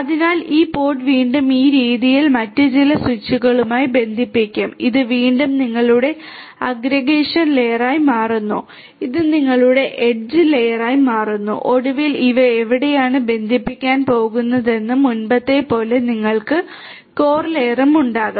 അതിനാൽ ഈ പോഡ് വീണ്ടും ഈ രീതിയിൽ മറ്റ് ചില സ്വിച്ചുകളുമായി ബന്ധിപ്പിക്കും ഇത് വീണ്ടും നിങ്ങളുടെ അഗ്രഗേഷൻ ലെയറായി മാറുന്നു ഇത് നിങ്ങളുടെ എഡ്ജ് ലെയറായി മാറുന്നു ഒടുവിൽ ഇവ എവിടെയാണ് ബന്ധിപ്പിക്കാൻ പോകുന്നതെന്ന് മുമ്പത്തെപ്പോലെ നിങ്ങൾക്ക് കോർ ലെയറും ഉണ്ടാകും